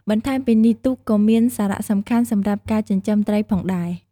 បន្ថែមពីនេះ ទូកក៏មានសារៈសំខាន់សម្រាប់ការចិញ្ចឹមត្រីផងដែរ។